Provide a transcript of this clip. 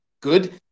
good